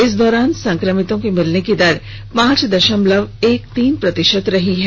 इस दौरान संक्रमितों के मिलने की दर पांच दशमलव एक तीन प्रतिशत रही है